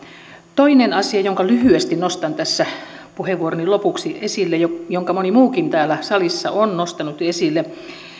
toinen asia jonka lyhyesti nostan tässä puheenvuoroni lopuksi esille ja jonka moni muukin täällä salissa on jo nostanut esille